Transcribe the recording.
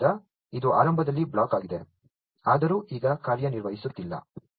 ಆದ್ದರಿಂದ ಇದು ಆರಂಭದಲ್ಲಿ ಬ್ಲಾಕ್ ಆಗಿದೆ ಆದರೂ ಈಗ ಕಾರ್ಯನಿರ್ವಹಿಸುತ್ತಿಲ್ಲ